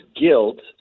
guilt